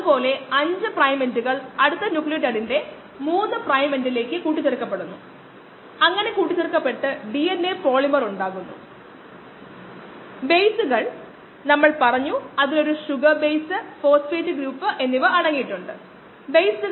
460 ലെ എമിഷൻ തരംഗദൈർഘ്യം സ്പെക്ട്ര ഫ്ലൂറിമീറ്ററിലേക്ക് തിരികെ കൊണ്ടുപോയി അളക്കുന്ന അതേ ഫൈബർ ഒപ്റ്റിക് പ്രോബിലൂടെ ശേഖരിക്കുകയും അളക്കുകയും ചെയ്യുന്നു ഇതിനെ open end geometry of measurement എന്ന് വിളിക്കുന്നു